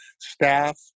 staff